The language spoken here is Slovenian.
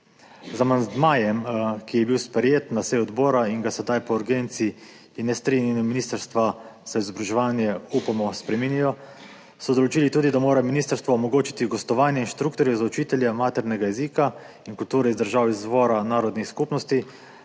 Z amandmajem, ki je bil sprejet na seji odbora in ga sedaj po urgenci in nestrinjanju Ministrstva za vzgojo in izobraževanje, upamo, spreminjajo, so določili tudi, da mora ministrstvo omogočiti gostovanje inštruktorjev za učitelje maternega jezika in kulture iz držav izvora narodnih skupnosti